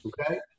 okay